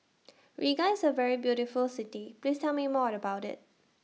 Riga IS A very beautiful City Please Tell Me More about IT